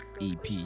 EP